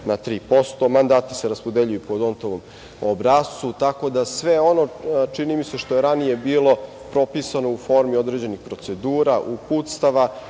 na 3%, mandati se raspodeljuju po "Dontovom obrascu", tako da sve ono, čini mi se, što je ranije bilo propisano u formi određenih procedura, uputstava,